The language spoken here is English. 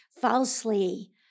falsely